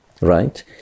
right